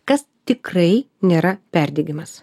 kas tikrai nėra perdegimas